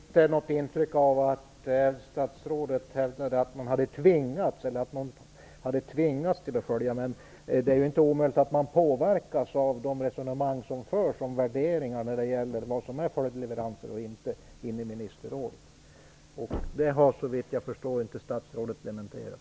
Fru talman! Jag hade nog inte något intryck av att statsrådet hävdade att man hade tvingats till att följa detta, men det är ju inte omöjligt att man påverkas av de resonemang som förs om värderingar när det gäller vad som är följdleveranser och inte i ministerrådet. Det har, såvitt jag förstår, inte statsrådet dementerat.